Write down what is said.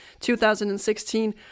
2016